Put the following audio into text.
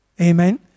Amen